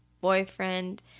boyfriend